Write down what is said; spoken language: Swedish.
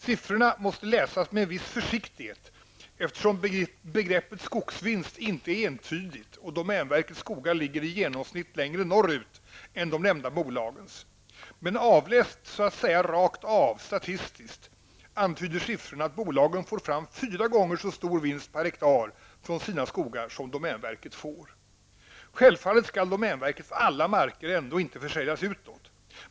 Siffrorna måste läsas med en viss försiktighet, eftersom begreppet skogsvinst inte är entydigt och domänverkets skogar i genomsnitt ligger längre norrut än de nämnda bolagens. Men avläst så att säga rakt av statistiskt, antyder siffrorna att bolagen får fram fyra gånger så stor vinst per hektar från sina skogar som domänverket. Självfallet skall domänverkets alla marker ändå inte säljas ut.